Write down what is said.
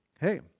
hey